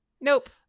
nope